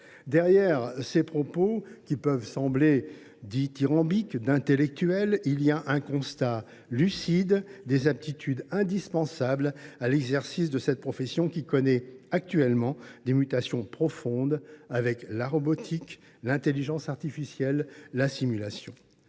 Derrière ces propos, qui peuvent sembler dithyrambiques, qui sont des propos d’intellectuel, il y a un constat lucide des aptitudes indispensables à l’exercice de cette profession, qui connaît actuellement des mutations profondes avec la robotique, l’intelligence artificielle, la simulation.